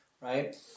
right